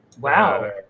Wow